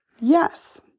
yes